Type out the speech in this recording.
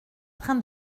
train